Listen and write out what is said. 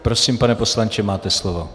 Prosím, pane poslanče, máte slovo.